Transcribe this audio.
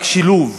רק שילוב